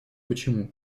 почему